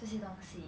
这些东西